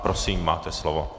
Prosím, máte slovo.